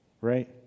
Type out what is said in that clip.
right